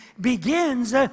begins